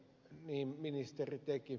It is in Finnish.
niin ministeri teki